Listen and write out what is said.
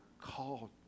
called